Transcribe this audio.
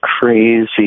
crazy